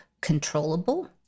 controllable